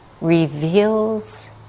reveals